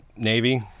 Navy